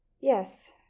Yes